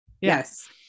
Yes